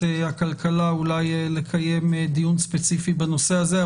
הכלכלה אולי לקיים דיון ספציפי בנושא הזה.